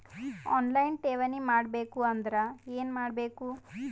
On line ಠೇವಣಿ ಮಾಡಬೇಕು ಅಂದರ ಏನ ಮಾಡಬೇಕು?